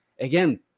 again